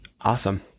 Awesome